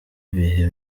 ibihe